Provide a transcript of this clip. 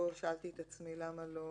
פה שאלתי את עצמי למה לא